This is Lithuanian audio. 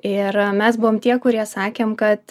ir mes buvom tie kurie sakėm kad